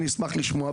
אני אשמח לשמוע.